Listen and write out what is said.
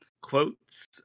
quotes